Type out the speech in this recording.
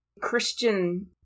Christian